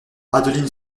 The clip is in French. adeline